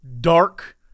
dark